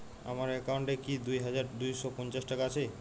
আমার অ্যাকাউন্ট এ কি দুই হাজার দুই শ পঞ্চাশ টাকা আছে?